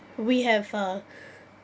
we have uh